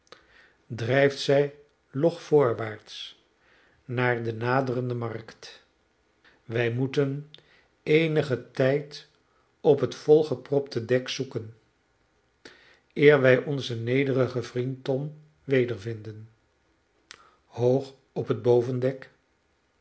drijft zij log voorwaarts naar de naderende markt wij moeten eenigen tijd op het volgepropte dek zoeken eer wij onzen nederigen vriend tom wedervinden hoog op het bovendek